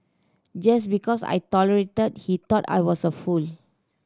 just because I tolerated he thought I was a fool